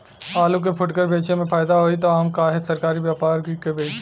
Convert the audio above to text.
आलू के फूटकर बेंचले मे फैदा होई त हम काहे सरकारी व्यपरी के बेंचि?